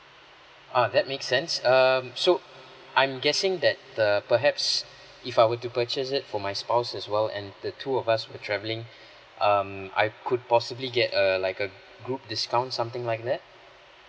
uh that makes sense um so I'm guessing that the perhaps if I were to purchase it for my spouse as well and the two of us will travelling um I could possibly get a like a group discounts something like that